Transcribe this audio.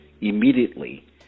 immediately